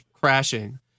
crashing